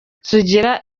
sugira